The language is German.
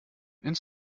ins